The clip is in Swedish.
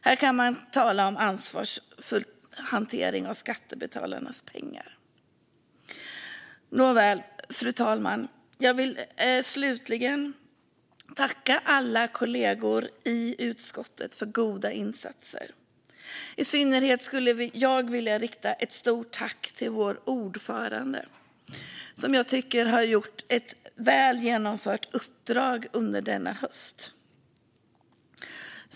Här kan man tala om ansvarsfull hantering av skattebetalarnas pengar. Nåväl, fru talman, jag vill tacka alla kollegor i utskottet för goda insatser. I synnerhet skulle jag vilja rikta ett stort tack till vår ordförande för ett väl genomfört uppdrag under denna höst.